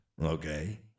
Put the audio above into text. okay